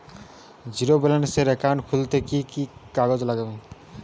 Zero ব্যালেন্সের account খুলতে কি কি কাগজ লাগবে?